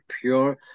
pure